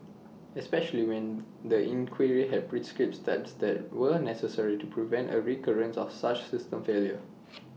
especially when the inquiry had prescribed steps that were necessary to prevent A recurrence of such system failure